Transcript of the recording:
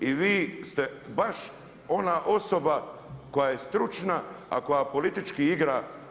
I vi ste baš ona osoba koja je stručna a koja politički igra.